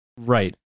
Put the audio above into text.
Right